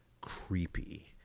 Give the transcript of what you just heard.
creepy